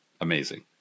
amazing